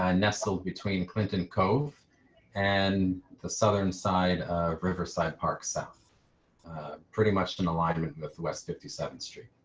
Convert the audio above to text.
ah nestled between clinton cove and the southern side of riverside park south pretty much in alignment with west fifty seventh street.